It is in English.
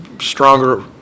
stronger